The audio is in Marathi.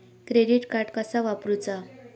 क्रेडिट कार्ड कसा वापरूचा?